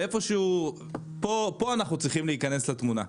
ואיפשהו, פה אנחנו צריכים להיכנס לתמונה,